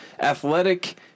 athletic